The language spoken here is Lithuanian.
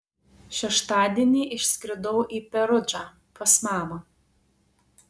šeštadienį išskridau į perudžą pas mamą